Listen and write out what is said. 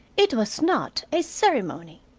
it was not a ceremony.